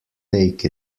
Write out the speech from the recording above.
take